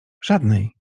żadnej